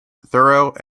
thorough